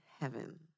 heaven